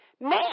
Man